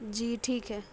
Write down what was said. جی ٹھیک ہے